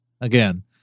Again